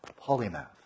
polymath